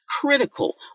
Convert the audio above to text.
critical